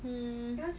mm